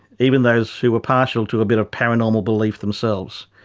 even those who were partial to a bit of paranormal belief themselves,